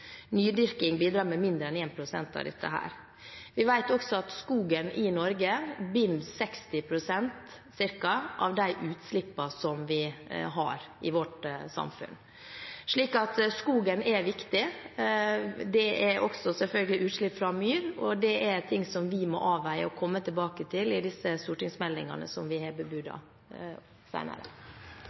Nydyrking bidrar med mindre enn 1 pst. av dette. Vi vet også at skogen i Norge binder ca. 60 pst. av de utslippene som vi har i vårt samfunn. Så skogen er viktig. Det er selvfølgelig også utslipp fra myr. Det er ting som vi må avveie og komme tilbake til i de stortingsmeldingene som vi har